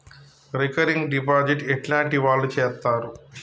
Recurring deposit ఎట్లాంటి వాళ్లు చేత్తరు?